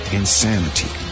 insanity